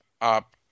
up